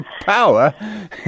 power